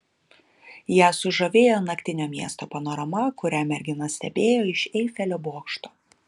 ją sužavėjo naktinio miesto panorama kurią mergina stebėjo iš eifelio bokšto